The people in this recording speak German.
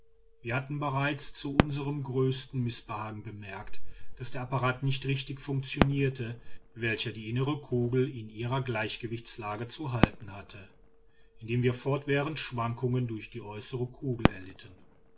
wir hatten bereits zu unserm großen mißbehagen bemerkt daß der apparat nicht richtig funktionierte welcher die innere kugel in ihrer gleichgewichtslage zu halten hatte indem wir fortwährend schwankungen durch die äußere kugel erlitten